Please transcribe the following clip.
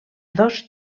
dos